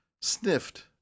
sniffed